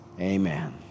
Amen